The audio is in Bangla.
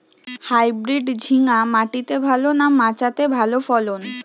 হাইব্রিড ঝিঙ্গা মাটিতে ভালো না মাচাতে ভালো ফলন?